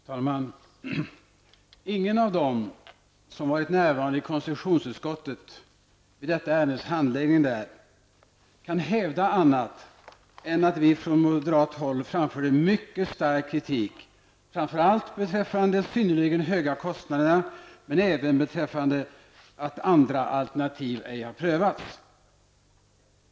Fru talman! Ingen av dem som har varit närvarande i konstitutionsutskottet vid detta ärendes handläggning kan hävda annat än att vi från moderat håll framförde mycket stark kritik framför allt beträffande de synnerligen höga kostnaderna men även beträffande att andra alternativ ej har prövats.